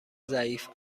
ضعیف